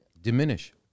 diminish